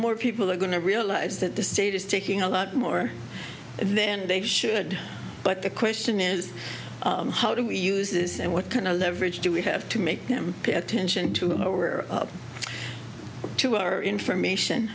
more people are going to realize that the state is taking a lot more then they should but the question is how do we use this and what kind of leverage do we have to make them pay attention to them over to our information